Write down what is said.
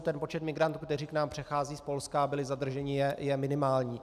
Ten počet migrantů, který k nám přechází z Polska a byli zadrženi, je minimální.